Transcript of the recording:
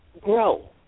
grow